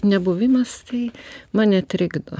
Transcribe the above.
nebuvimas tai mane trikdo